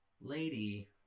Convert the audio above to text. lady